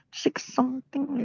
six-something